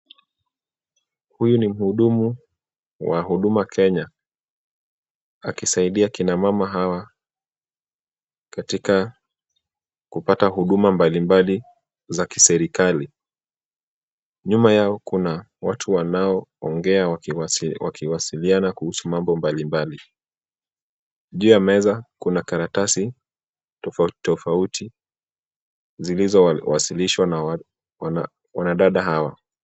Huyu ni mhudumu wa Huduma Kenya, akisaidia akina mama hawa katika kupata huduma mbalimbali za kiserikali. Nyuma yao, kuna watu wanaoongea wakiwasiliana kuhusu mambo mbalimbali. Juu ya meza kuna karatasi tofautitofauti zilizowasilishwa na wanadada hawa.